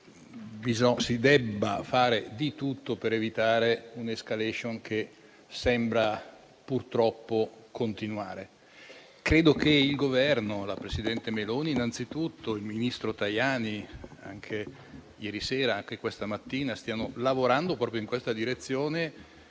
si debba fare di tutto per evitare un'*escalation* che sembra purtroppo continuare. Credo che il Governo, la presidente Meloni innanzitutto e il ministro Tajani, anche ieri sera e questa mattina, stiano lavorando proprio in questa direzione,